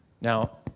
Now